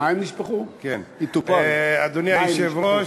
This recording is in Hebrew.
אדוני היושב-ראש,